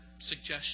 suggestion